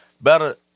Better